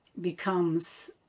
becomes